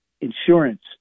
insurance